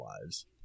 lives